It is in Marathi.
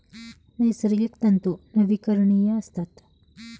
नैसर्गिक तंतू नवीकरणीय असतात